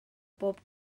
pob